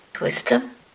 wisdom